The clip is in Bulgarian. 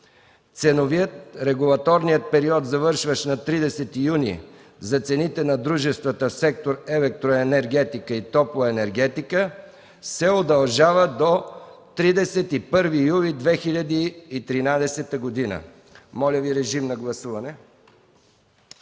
Ценовият/ регулаторният период, завършващ на 30 юни 2013 г. за цените на дружествата в сектор „Енергетика и топлоенергетика” , се удължава до 31 юли 2013 г.” Моля режим на гласуване.